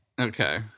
Okay